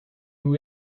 who